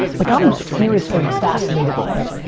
like, i'm seriously fascinated by it.